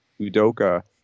Udoka